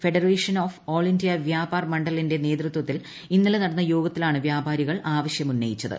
federation of all India Vyapar മണ്ഡലിന്റെ നേതൃത്വത്തിൽ ഇന്നലെ നടന്ന യോഗത്തിലാണ് വൃാപാരികൾ ആവശ്യം ഉന്നയിച്ചത്